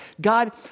God